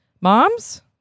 Moms